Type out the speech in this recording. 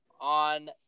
on